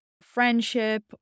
friendship